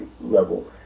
level